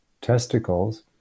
testicles